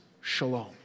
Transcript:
Shalom